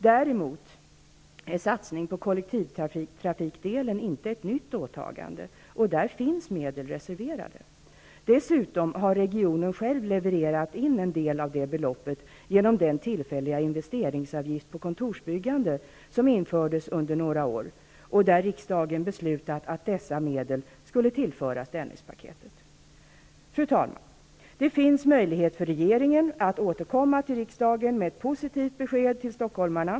Däremot är satsning på kollektivtrafikdelen inte ett nytt åtagande. Där finns medel reserverade. Dessutom har regionen själv levererat in en del genom den tillfälliga investeringsavgift på kontorsbyggande som infördes och som gällde under några år. Riksdagen har beslutat att dessa medel skall tillföras Dennispaketet. Fru talman! Det finns möjlighet för regeringen att återkomma till riksdagen med ett positivt besked till stockholmarna.